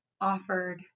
offered